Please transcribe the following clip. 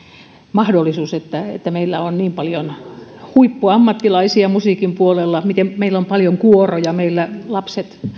mahdollisuus että että meillä on niin paljon huippuammattilaisia musiikin puolella meillä on paljon kuoroja meillä lapset